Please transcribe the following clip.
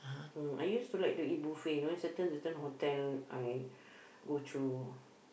uh I used to like to eat buffet you know certain certain hotel I go through